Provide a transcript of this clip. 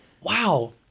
Wow